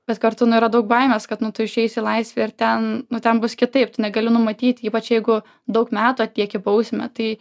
bet kartu nu yra daug baimės kad nu tu išeisi į laisvę ir ten nu ten bus kitaip tu negali numatyti ypač jeigu daug metų atlieki bausmę tai